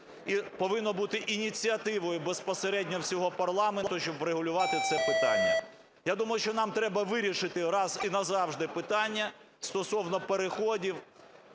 і повинно бути ініціативою безпосередньо всього парламенту, щоб врегулювати це питання. Я думаю, що нам треба вирішити раз і назавжди питання стосовно переходів,